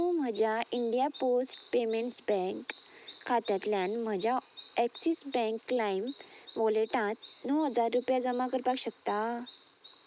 तूं म्हज्या India post payments bank खात्यांतल्यान म्हज्या ॲक्सीस बँक लायम वॉलेटांत णव हजार रुपया जमा करपाक शकता